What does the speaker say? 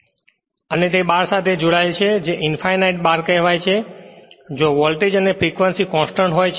અને તે બાર સાથે જોડાયેલ છે જે ઇંફાઇનાઇટ બાર કહેવાય છે જ્યાં વોલ્ટેજ અને ફ્રેક્વંસી કોંસ્ટંટ હોય છે